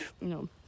No